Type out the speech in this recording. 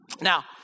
Now